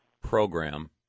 program